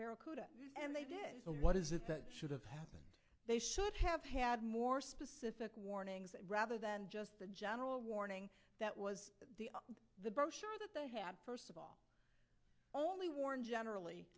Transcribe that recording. botha and they did so what is it that should have happened they should have had more specific warnings rather than just the general warning that was the the brochure that they had first of all only warn generally